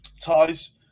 Ties